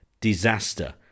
disaster